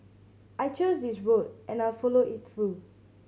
I chose this road and I'll follow it through